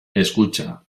escucha